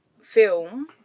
film